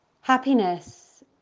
Happiness